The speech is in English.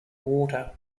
water